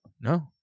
No